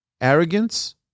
arrogance